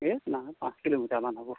এই নাই পাঁচ কিলোমিটাৰমান হ'ল